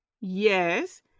Yes